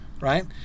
Right